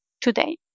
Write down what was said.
today